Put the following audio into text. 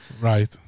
right